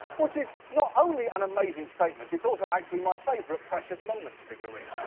which is not only an amazing statement, it's also actually my favorite precious moments figurine.